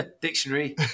dictionary